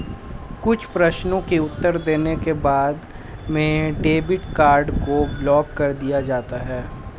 कुछ प्रश्नों के उत्तर देने के बाद में डेबिट कार्ड को ब्लाक कर दिया जाता है